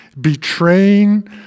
betraying